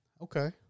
Okay